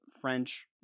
french